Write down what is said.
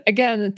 Again